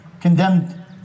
condemned